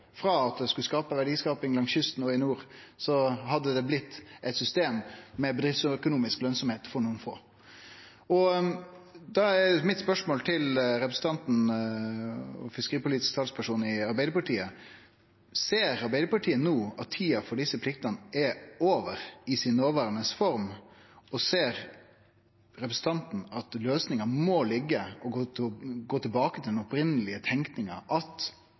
Frå at ein skulle få verdiskaping langs kysten og i nord, hadde det blitt eit system med bedriftsøkonomisk lønsemd for nokre få. Da er mitt spørsmål til representanten og fiskeripolitisk talsperson i Arbeidarpartiet: Ser Arbeidarpartiet no at tida for desse pliktene er over i si noverande form, og ser representanten at løysinga må liggje i å gå tilbake til den opphavlege tenkinga, at